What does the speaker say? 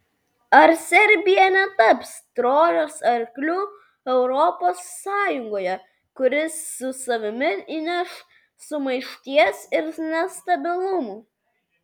ar serbija netaps trojos arkliu europos sąjungoje kuris su savimi įneš sumaišties ir nestabilumo